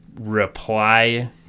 reply